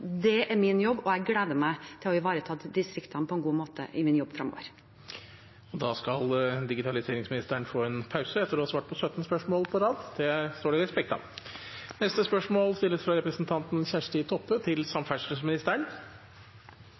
det er min jobb, og jeg gleder meg til å ivareta distriktene på en god måte i min jobb fremover. Da skal digitaliseringsministeren få en pause etter å ha svart på 17 spørsmål på rad – det står det respekt av. Eg vil først få gratulera statsråden med å vera statsråd! Mitt spørsmål lyder slik: «Den nye samferdselsministeren